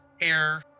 air